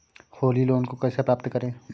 Holi loan को कैसे प्राप्त करें?